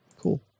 Cool